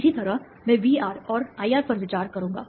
इसी तरह मैं VR और IR पर विचार करूंगा